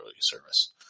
service